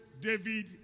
David